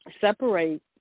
separate